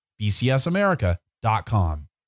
bcsamerica.com